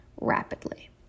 rapidly